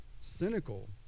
cynical